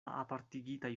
apartigitaj